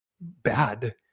bad